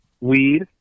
weed